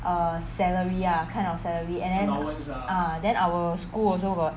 err salary lah kind of salary and then ah then our school also got